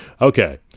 Okay